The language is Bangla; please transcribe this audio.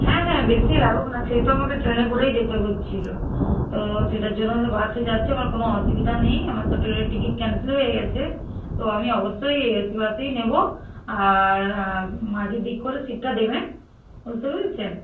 হ্যাঁ হ্যাঁ বেশি লাগুক না সেই তো আমাকে ট্রেনে করেই যেতে হচ্ছিল তো সেটার জন্যই তো বাসে যাচ্ছি আমার কোনো অসুবিধা নেই আমার তো ট্রেনের টিকিট ক্যানসেল হয়ে গিয়েছে তো আমি অবশ্যই এসি বাসেই নেব আর মাঝের দিক করে সিটটা দেবেন বুঝতে পেরেছেন